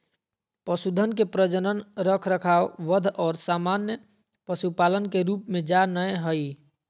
पशुधन के प्रजनन, रखरखाव, वध और सामान्य पशुपालन के रूप में जा नयय हइ